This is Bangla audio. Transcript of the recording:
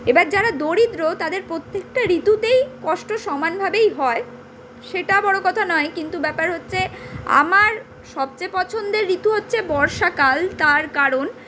এবার যারা দরিদ্র তাদের প্রত্যেকটা ঋতুতেই কষ্ট সমানভাবেই হয় সেটা বড়ো কথা নয় কিন্তু ব্যাপার হচ্ছে আমার সবচেয়ে পছন্দের ঋতু হচ্ছে বর্ষাকাল তার কারণ